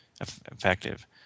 effective